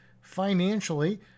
financially